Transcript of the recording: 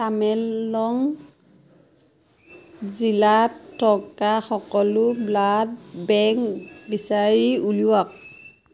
টামেংলং জিলাত থকা সকলো ব্লাড বেংক বিচাৰি উলিয়াওক